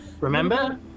Remember